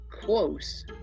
close